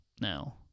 now